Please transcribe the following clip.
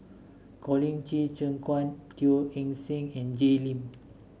Colin Qi Zhe Quan Teo Eng Seng and Jay Lim